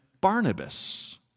Barnabas